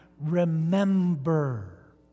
remember